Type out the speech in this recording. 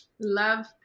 Love